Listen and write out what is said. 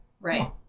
Right